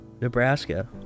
nebraska